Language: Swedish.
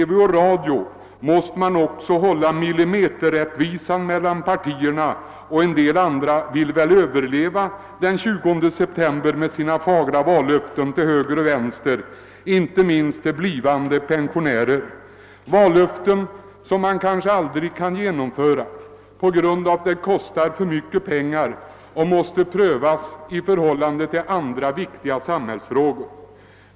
TV och radio måste iaktta millimeterrättvisan mellan partierna, och en del andra ville väl överleva den 20 september med sina fagra vallöften till höger och vänster, inte minst till blivande pensionärer. Det är vallöften som kanske aldrig kan genomföras på grund av att det kostar för mycket pengar — förslagen måste prövas i förhållande till andra viktiga samhällsfrågor.